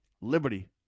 liberty